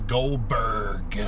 Goldberg